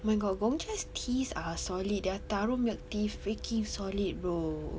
oh my god Gong Cha teas are solid their taro milk tea freaking solid bro